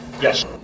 Yes